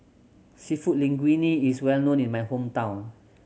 Seafood Linguine is well known in my hometown